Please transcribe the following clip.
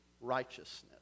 righteousness